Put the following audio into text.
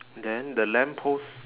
then the lamppost